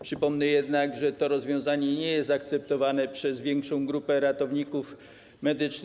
Przypomnę jednak, że to rozwiązanie nie jest akceptowane przez większą grupę ratowników medycznych.